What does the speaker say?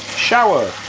shower,